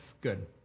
good